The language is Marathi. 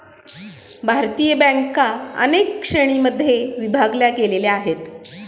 भारतीय बँका अनेक श्रेणींमध्ये विभागल्या गेलेल्या आहेत